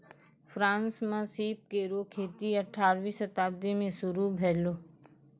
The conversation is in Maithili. फ्रांस म सीप केरो खेती अठारहवीं शताब्दी में शुरू भेलै